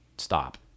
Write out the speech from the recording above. stop